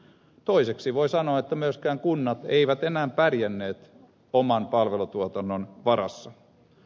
toiseksi voi sanoa että myöskään kunnat eivät enää pärjänneet oman palvelutuotannon varassa